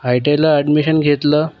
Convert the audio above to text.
I T आयला admission घेतलं